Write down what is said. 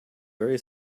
very